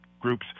groups